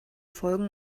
folgen